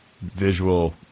visual